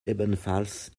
ebenfalls